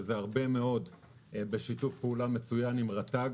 וזה הרבה מאוד, בשיתוף פעולה מצוין עם רט"ג